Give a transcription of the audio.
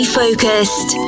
focused